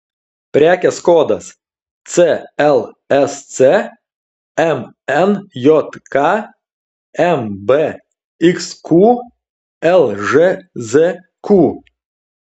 prekės kodas clsc mnjk mbxq lžzq